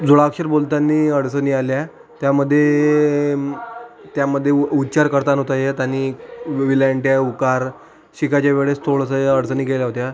जोडाक्षर बोलताना अडचणी आल्या त्यामध्ये त्यामध्ये उच्चार करता नव्हता येत आणि वि वेलांट्या उकार शिकायच्या वेळेस थोडंसं अडचणी गेल्या होत्या